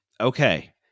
okay